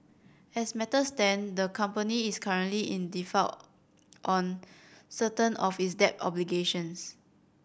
as matters stand the company is currently in default on certain of its debt obligations